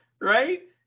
right